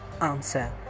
Answer